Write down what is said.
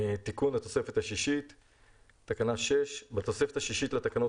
"תיקון התוספת השישית 6. בתוספת השישית לתקנות